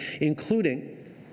including